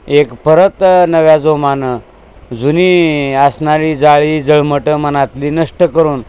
एक परत नव्या जोमानं जुनी असणारी जाळी जळमटं मनातली नष्ट करून